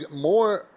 more